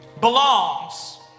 belongs